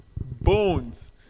bones